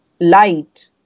light